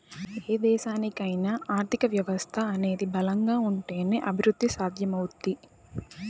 ఏ దేశానికైనా ఆర్థిక వ్యవస్థ అనేది బలంగా ఉంటేనే అభిరుద్ధి సాధ్యమవుద్ది